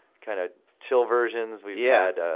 kind of chill versions, we've yeah had